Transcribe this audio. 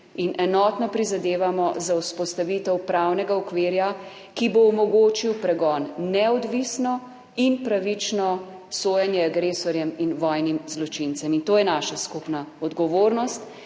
in enotno prizadevamo za vzpostavitev pravnega okvirja, ki bo omogočil pregon, neodvisno in pravično sojenje agresorjem in vojnim zločincem. In to je naša skupna odgovornost